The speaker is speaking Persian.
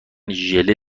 ژله